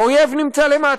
האויב נמצא למטה.